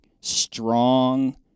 strong